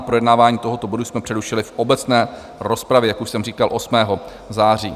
Projednávání tohoto bodu jsme přerušili v obecné rozpravě, jak už jsem říkal, 8. září.